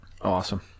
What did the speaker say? Awesome